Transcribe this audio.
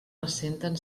ressenten